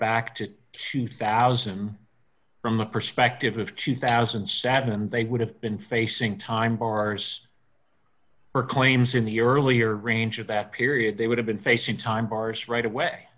back to two thousand from the perspective of two thousand and saddened they would have been facing time bars or claims in the earlier range of that period they would have been facing time bars right away